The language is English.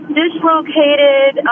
dislocated